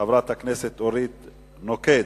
חברת הכנסת אורית נוקד.